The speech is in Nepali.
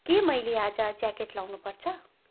के मैले आज ज्याकेट लाउनुपर्छ